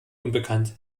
unbekannt